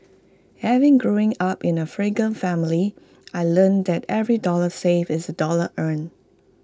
having growing up in A frugal family I learnt that every dollar saved is A dollar earned